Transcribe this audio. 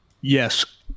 Yes